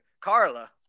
Carla